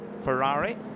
Ferrari